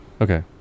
okay